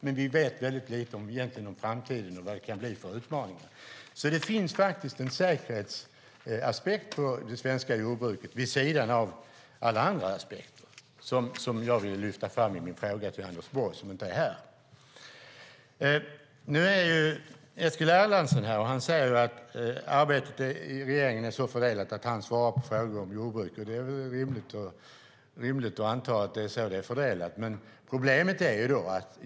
Men vi vet väldigt lite om framtiden och vilka utmaningar som kan komma. Det finns därför en säkerhetsaspekt på det svenska jordbruket vid sidan av alla andra aspekter som jag ville lyfta fram i min fråga till Anders Borg, som inte är här. Eskil Erlandsson är här, och han säger att arbetet i regeringen är så fördelat att det är han som svarar på frågor om jordbruk. Det är rimligt att anta att det är så det är fördelat.